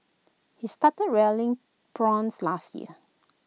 he started rearing prawns last year